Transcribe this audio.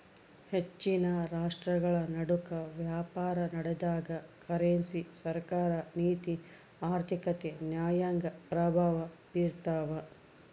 ಹೆಚ್ಚಿನ ರಾಷ್ಟ್ರಗಳನಡುಕ ವ್ಯಾಪಾರನಡೆದಾಗ ಕರೆನ್ಸಿ ಸರ್ಕಾರ ನೀತಿ ಆರ್ಥಿಕತೆ ನ್ಯಾಯಾಂಗ ಪ್ರಭಾವ ಬೀರ್ತವ